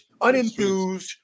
unenthused